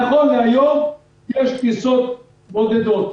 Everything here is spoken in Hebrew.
נכון להיום יש טיסות בודדות.